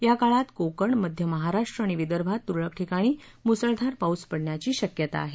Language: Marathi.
या काळात कोकण मध्य महाराष्ट्र आणि विदर्भात तुरळक ठिकाणी मुसळधार पाऊस पडण्याची शक्यता आहे